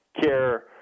care